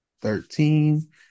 thirteen